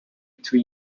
two